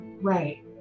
Right